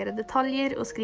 and the top of